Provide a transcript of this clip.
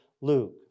Luke